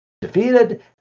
defeated